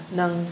ng